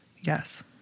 Yes